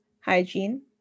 hygiene